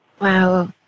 Wow